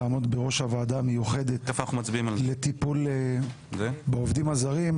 לעמוד בראש הוועדה המיוחדת לטיפול בעובדים הזרים,